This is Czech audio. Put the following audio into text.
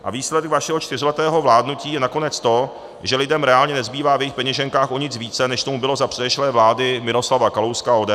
A výsledek vašeho čtyřletého vládnutí je nakonec to, že lidem reálně nezbývá v jejich peněženkách o nic více, než tomu bylo za předešlé vlády Miroslava Kalouska a ODS.